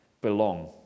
belong